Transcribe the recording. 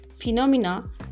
Phenomena